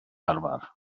arfer